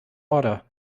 order